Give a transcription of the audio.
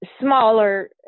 smaller